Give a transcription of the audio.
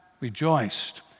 rejoiced